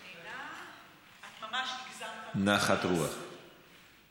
את ממש הגזמת, אבל באופן